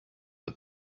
but